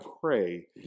pray